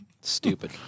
Stupid